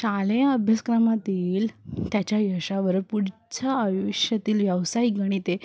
शालेय अभ्यासक्रमातील त्याच्या यशावर पुढच्या आयुष्यातील व्यावसायिक गणिते